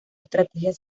estrategias